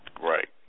right